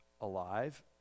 alive